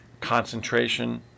concentration